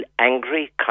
angry